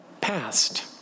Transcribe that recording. passed